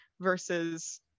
versus